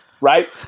Right